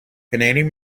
canadian